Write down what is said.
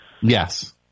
Yes